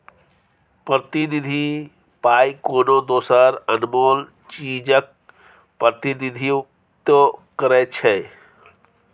प्रतिनिधि पाइ कोनो दोसर अनमोल चीजक प्रतिनिधित्व करै छै